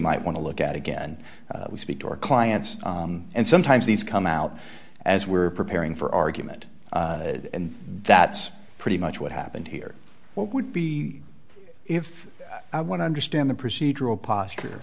might want to look at again we speak to our clients and sometimes these come out as we're preparing for argument and that's pretty much what happened here what would be if i want to understand the procedural posture